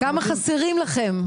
כמה חסרים לכם?